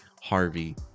Harvey